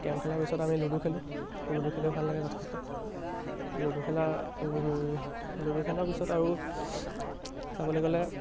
carrom খেলাৰ পিছত আমি লুডু খেলোঁ লুডু খেলিও ভাল লাগে যথেষ্ট লুডু খেলাৰ লুডু খেলাৰ পিছত আৰু চাবলৈ গ'লে